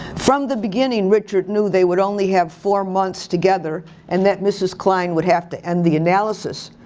from the beginning richard knew they would only have four months together and that mrs. klein would have to end the analysis.